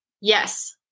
Yes